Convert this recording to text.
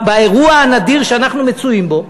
באירוע הנדיר שאנחנו מצויים בו,